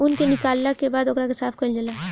ऊन के निकालला के बाद ओकरा के साफ कईल जाला